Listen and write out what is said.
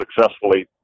successfully